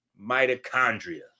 Mitochondria